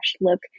look